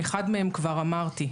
אחד מהם כבר אמרתי.